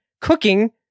cooking